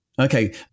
Okay